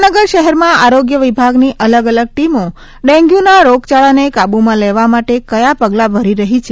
જામનગર શહેરમાં આરોગ્ય વિભાગની અલગ અલગ ટીમો ડેન્ગ્યુના રોગચાળાને કાબુમાં લેવા માટે ક્યા પગલા ભરી રહી છે